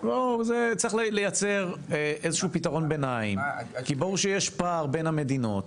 צריך ליצר איזשהו פתרון ביניים כי ברור שיש פער בין המדינות,